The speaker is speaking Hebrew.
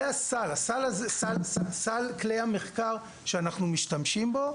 זה הסל, סל כלי המחקר שאנחנו משתמשים בו,